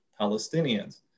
palestinians